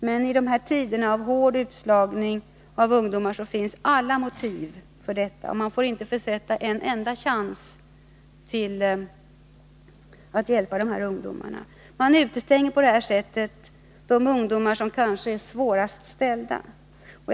Men i dessa tider med hård utslagning av ungdomar finns alla motiv för detta. Man får inte försitta en enda chans att hjälpa dessa ungdomar. Man utestänger på detta sätt dem som kanske har det allra svårast.